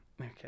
Okay